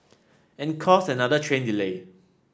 and cause another train delay